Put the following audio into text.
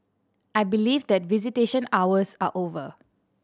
I believe that visitation hours are over